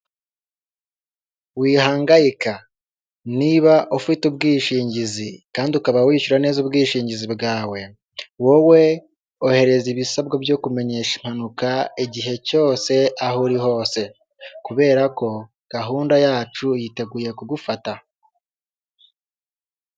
Wihangayika niba ufite ubwishingizi kandi ukaba wishyura neza ubwishingizi bwawe, wowe ohereza ibisabwa byo kumenyesha impanuka igihe cyose aho uri hose, kubera ko gahunda yacu yiteguye kugufata.